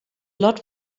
lot